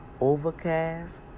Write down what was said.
Overcast